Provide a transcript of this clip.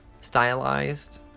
stylized